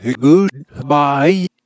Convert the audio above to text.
Goodbye